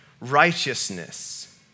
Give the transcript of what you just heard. righteousness